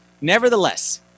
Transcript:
nevertheless